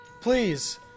Please